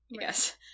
yes